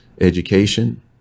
education